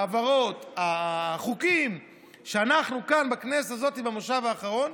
ההעברות והחוקים כאן בכנסת הזאת במושב האחרון,